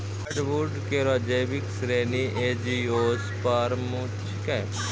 hardwood केरो जैविक श्रेणी एंजियोस्पर्म छिकै